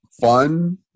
fun